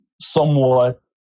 somewhat